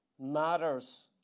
matters